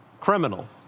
criminal